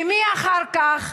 ומי אחר כך?